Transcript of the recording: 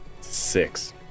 Six